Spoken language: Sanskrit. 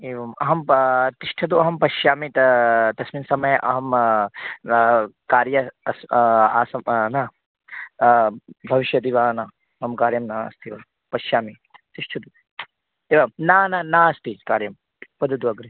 एवम् अहं पा तिष्ठतु अहं पश्यामि ता तस्मिन् समये अहं र् कार्ये अस्मि आसं न भविष्यामि वा न मम कार्यं नास्ति वा पश्यामि तिष्ठतु एवं न न नास्ति कार्यं वदतु अग्रे